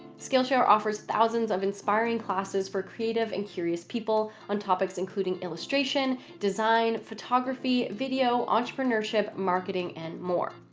skillshare offers thousands of inspiring classes for creative and curious people on topics including illustration, design, photography, video, entrepreneurship, marketing, and more.